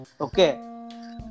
Okay